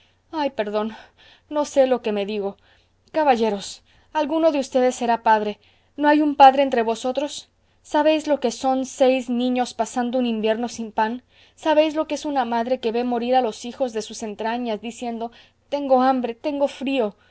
ah perdón no sé lo que me digo caballeros alguno de ustedes será padre no hay un padre entre vosotros sabéis lo que son seis niños pasando un invierno sin pan sabéis lo que es una madre que ve morir a los hijos de sus entrañas diciendo tengo hambre tengo frío